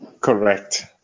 Correct